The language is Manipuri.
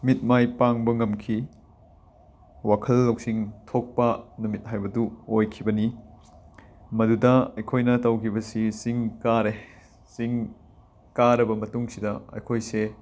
ꯃꯤꯠ ꯃꯥꯏ ꯄꯥꯡꯕ ꯉꯝꯈꯤ ꯋꯥꯈꯜ ꯂꯧꯁꯤꯡ ꯊꯣꯛꯄ ꯅꯨꯃꯤꯠ ꯍꯥꯏꯕꯗꯨ ꯑꯣꯏꯈꯤꯕꯅꯤ ꯃꯗꯨꯗ ꯑꯩꯈꯣꯏꯅ ꯇꯧꯈꯤꯕꯁꯤ ꯆꯤꯡ ꯀꯥꯔꯦ ꯆꯤꯡ ꯀꯥꯔꯕ ꯃꯇꯨꯡꯁꯤꯗ ꯑꯩꯈꯣꯏꯁꯦ